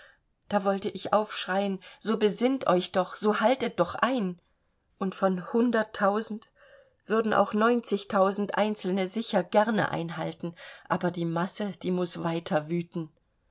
da wollte ich aufschreien so besinnt euch doch so haltet doch ein und von hunderttausend würden auch neunzigtausend einzelne sicher gerne einhalten aber die masse die muß weiter wüten